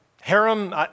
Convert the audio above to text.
harem